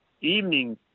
evening